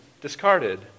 discarded